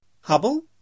Hubble